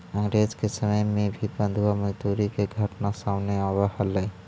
अंग्रेज के समय में भी बंधुआ मजदूरी के घटना सामने आवऽ हलइ